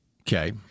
Okay